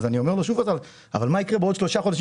אני אומר לשופרסל: אבל מה יקרה בעוד שלושה חודשים?